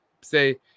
say